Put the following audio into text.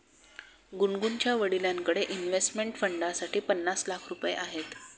गुनगुनच्या वडिलांकडे इन्व्हेस्टमेंट फंडसाठी पन्नास लाख रुपये आहेत